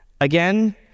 Again